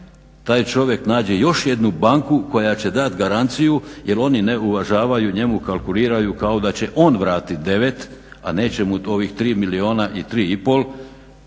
taj čovjek nađe još jednu banku koja će dat garanciju jer oni ne uvažavaju, njemu kalkuliraju kao da će on vratit 9, a neće mu ovih 3 milijuna i 3,5 bit